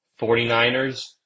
49ers